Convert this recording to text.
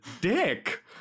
dick